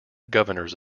governors